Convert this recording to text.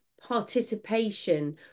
participation